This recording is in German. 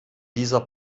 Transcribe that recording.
dieser